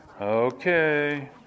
Okay